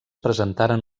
presentaren